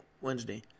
Wednesday